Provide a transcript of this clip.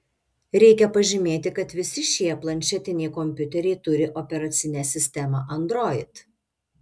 reikia pažymėti kad visi šie planšetiniai kompiuteriai turi operacinę sistemą android